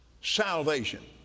Salvation